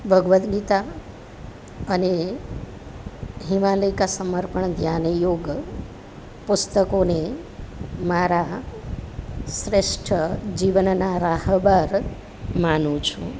ભગવદ્ ગીતા અને હિમાલય કા સમર્પણ ધ્યાનયોગ પુસ્તકોને મારા શ્રેષ્ઠ જીવનના રાહબર માનું છું